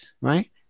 right